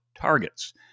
targets